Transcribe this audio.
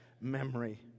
memory